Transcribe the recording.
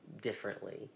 differently